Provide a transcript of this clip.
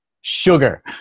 sugar